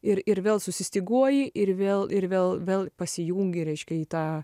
ir ir vėl susistyguoji ir vėl ir vėl vėl pasijungi reiškia į tą